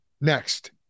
Next